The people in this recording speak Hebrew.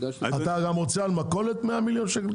אתה גם רוצה על מכולת 100 מיליון שקל קנס?